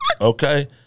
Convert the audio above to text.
Okay